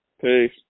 Peace